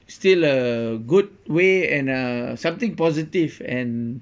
still a good way and uh something positive and